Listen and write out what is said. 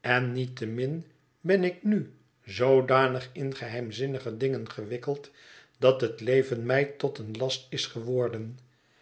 en niettemin ben ik nu zoodanig in geheimzinnige dingen gewikkeld dat het leven mij tot een last is geworden